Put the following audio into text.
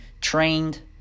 trained